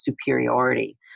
superiority